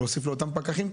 וצריך להוסיף להם כסף.